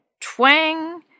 Twang